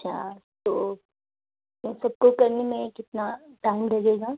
اچھا تو ان سب کو کرنے میں کتنا ٹائم لگے گا